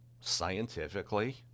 scientifically